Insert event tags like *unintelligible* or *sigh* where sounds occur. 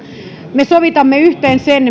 me sovitamme yhteen sen *unintelligible*